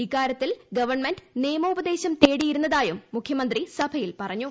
ഇക്കാര്യത്തിൽ ഗവൺമെന്റ് നിയമോപദേശം തേടിയിരുന്നതായും മുഖ്യമന്ത്രി സഭയിൽ പറഞ്ഞു